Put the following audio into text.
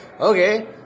Okay